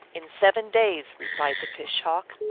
in seven days, replied the fish-hawk.